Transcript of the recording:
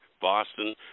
Boston